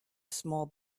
small